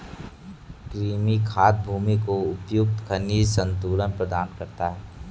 कृमि खाद भूमि को उपयुक्त खनिज संतुलन प्रदान करता है